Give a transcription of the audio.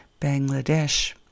Bangladesh